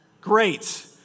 Great